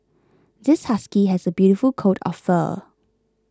this husky has a beautiful coat of fur